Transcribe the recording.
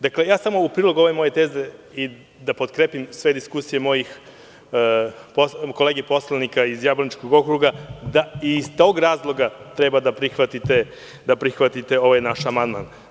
Dakle, ja samo u prilog ovoj mojoj tezi, da potkrepim sve diskusije mojih kolega poslanika iz Jablaničkog okruga, da iz tog razloga treba da prihvatite ovaj naš amandman.